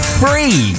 free